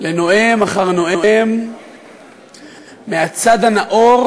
לנואם אחר נואם מהצד הנאור,